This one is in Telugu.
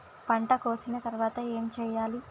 పంట కోసిన తర్వాత ఏం చెయ్యాలి?